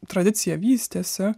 tradicija vystėsi